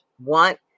want